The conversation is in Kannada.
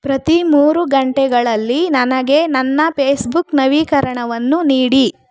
ಪ್ರತಿ ಮೂರು ಗಂಟೆಗಳಲ್ಲಿ ನನಗೆ ನನ್ನ ಪೇಸ್ಬುಕ್ ನವೀಕರಣವನ್ನು ನೀಡಿ